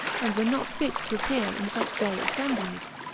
and were not fit to appear in such gay assemblies.